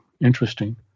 interesting